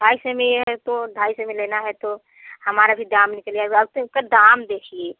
ढाई सौ में यह तो ढाई सौ में लेना है तो हमारा भी दाम निकलेगा आब तो उसका दाम देखिए